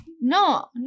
no